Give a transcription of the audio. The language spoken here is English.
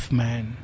man